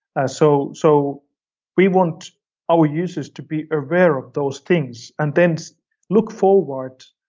and so so we want our users to be aware of those things, and then so look forward,